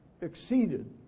exceeded